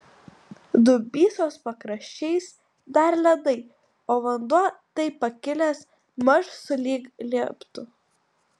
dubysos pakraščiais dar ledai o vanduo taip pakilęs maž sulig lieptu